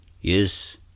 Yes